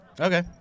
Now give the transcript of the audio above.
Okay